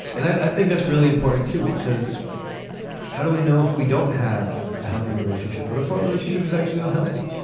and i think that's really important, too, because how do we know if we don't have a healthy relationship but or if our relationship is actually unhealthy?